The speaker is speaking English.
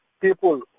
people